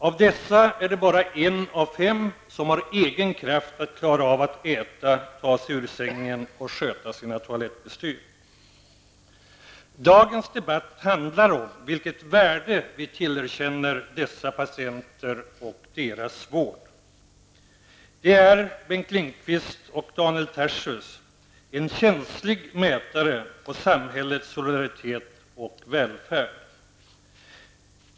Av dessa är det bara en av fem som har egen kraft att klara av att äta, ta sig ur sängen och sköta sina tolattbestyr. Dagens debatt handlar om vilket värde vi tillerkänner dessa patienter och deras vård. Det är, Bengt Lindqvist och Daniel Tarschys, en känslig mätare på samhällets solidaritet och välfärd.